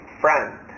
friend